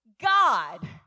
God